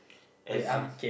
as in